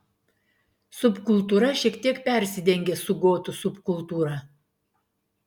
subkultūra šiek tiek persidengia su gotų subkultūra